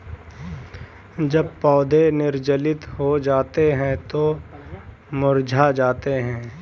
जब पौधे निर्जलित हो जाते हैं तो मुरझा जाते हैं